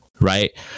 right